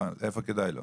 איפה כדאי לו?